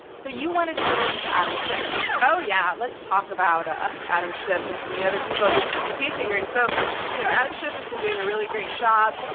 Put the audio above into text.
so you wanted to go into adam schiff. oh, yeah. let's talk about ah adam schiff and some of the other people at this impeachment hearing. so you know adam schiff has been doing a really great job.